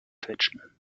quetschen